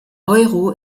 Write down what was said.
euro